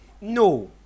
No